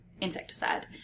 insecticide